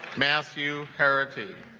matthew parity